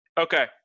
okay